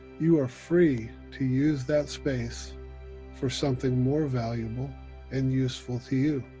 you are free to use that space for something more valuable and useful to you.